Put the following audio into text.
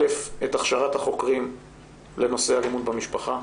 א', את הכשרת החוקרים לנושא אלימות במשפחה,